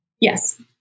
Yes